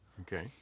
Okay